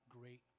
great